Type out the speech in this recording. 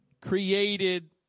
created